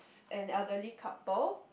an elderly couple